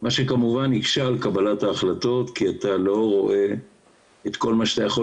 מה שכמובן הקשה על קבלת ההחלטות כי אתה לא רואה את כל מה שאתה יכול